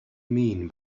mean